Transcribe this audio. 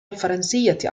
الفرنسية